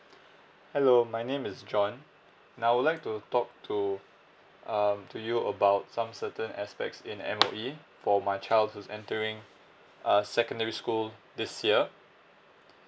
hello my name is john and I would like to talk to um to you about some certain aspects in M_O_E for my child who's entering uh secondary school this year